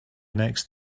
next